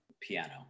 piano